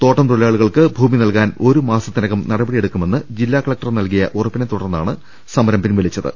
തോട്ടം തൊഴിലാളികൾക്ക് ഭൂമി നൽകാൻ ഒരു മാസത്തി നകം നടപടിയെടുക്കുമെന്ന് ജില്ലാ കളക്ടർ നൽകിയ ഉറപ്പിനെത്തു ടർന്നാണ് സമരം പിൻവലിച്ചത്